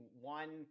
one